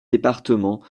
départements